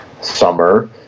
summer